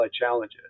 challenges